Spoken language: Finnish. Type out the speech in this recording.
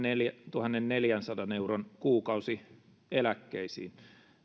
tuhannenneljänsadan euron kuukausieläkkeisiin